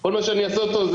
כל מה שאני אעשה איתו זה